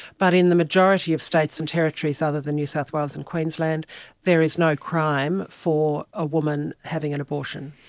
but in the majority of states and territories other than new south wales and queensland there is no crime for a woman having an abortion.